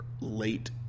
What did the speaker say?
late